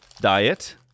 diet